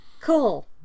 cool